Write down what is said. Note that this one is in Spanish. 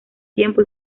tiempo